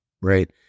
right